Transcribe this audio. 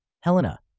Helena